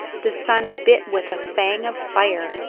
the sun bit with a fang of fire,